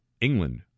England